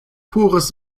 pures